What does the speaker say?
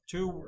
Two